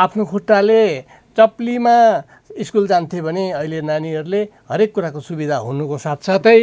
आफ्नो खुट्टाले चप्लीमा स्कुल जान्थे भने अहिले नानीहरूले हरेक कुराको सुविधा हुनुको साथसाथै